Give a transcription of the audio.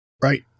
Right